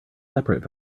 separate